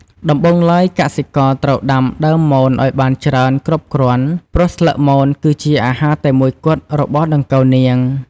ដំបូងឡើយ កសិករត្រូវដាំដើមមនឲ្យបានច្រើនគ្រប់គ្រាន់ ព្រោះស្លឹកមនគឺជាអាហារតែមួយគត់របស់ដង្កូវនាង។